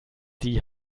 die